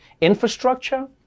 Infrastructure